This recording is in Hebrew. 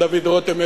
עם דוד רותם,